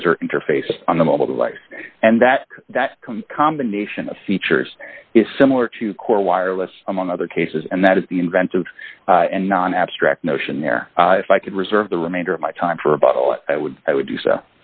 user interface on the mobile device and that that combination of features is similar to core wireless among other cases and that is the inventive and non abstract notion there if i could reserve the remainder of my time for a bottle i would i would do so